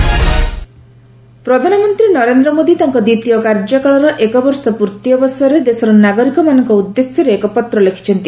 PM letter ପ୍ରଧାନମନ୍ତ୍ରୀ ନରେନ୍ଦ୍ର ମୋଦୀ ତାଙ୍କ ଦ୍ୱିତୀୟ କାର୍ଯ୍ୟକାଳର ଏକବର୍ଷ ପ୍ରତି ଅବସରରେ ଦେଶର ନାଗରିକମାନଙ୍କ ଉଦ୍ଦେଶ୍ୟରେ ଏକ ପତ୍ର ଲେଖିଛନ୍ତି